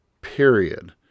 period